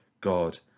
God